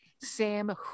Sam